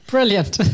Brilliant